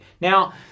now